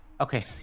Okay